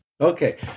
Okay